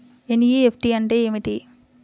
NEFT అంటే ఏమిటీ?